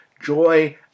Joy